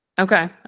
Okay